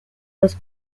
los